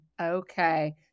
okay